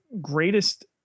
greatest